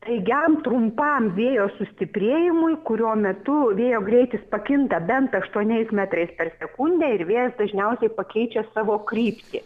staigiam trumpam vėjo sustiprėjimui kurio metu vėjo greitis pakinta bent aštuoniais metrais per sekundę ir vėjas dažniausiai pakeičia savo kryptį